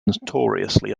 notoriously